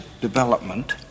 Development